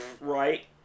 Right